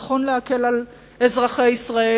נכון להקל על אזרחי ישראל,